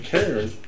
Karen